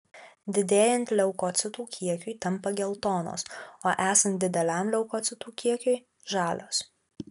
didėjant leukocitų kiekiui tampa geltonos o esant dideliam leukocitų kiekiui žalios